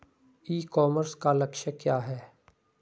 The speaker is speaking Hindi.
ई कॉमर्स का लक्ष्य क्या है?